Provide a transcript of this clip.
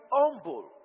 humble